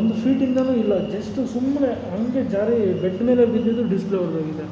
ಒಂದು ಫೀಟಿಂದನೂ ಇಲ್ಲ ಜೆಸ್ಟ್ ಸುಮ್ಮನೆ ಹಂಗೆ ಜಾರಿ ಬೆಡ್ ಮೇಲೆ ಬಿದ್ದಿದ್ದು ಡಿಸ್ಪ್ಲೇ ಹೊರ್ಟೋಗಿದೆ